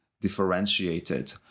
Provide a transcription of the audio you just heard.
differentiated